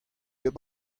ket